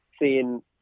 seeing